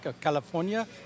California